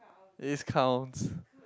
it is count